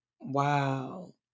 Wow